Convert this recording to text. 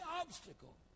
obstacle